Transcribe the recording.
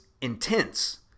intense